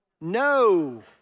No